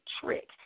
trick